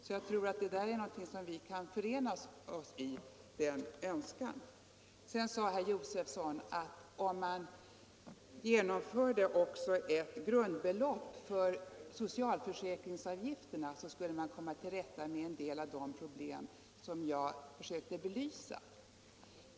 Det är en önskan som jag tror att vi kan förena oss i. Herr Josefson sade också, att om man införde ett system med ett avgiftsfritt grundbelopp för socialförsäkringsavgifterna så skulle man komma till rätta med en del av de problem som jag försökte belysa.